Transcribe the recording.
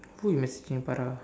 who you messaging Farah